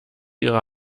ihre